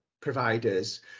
providers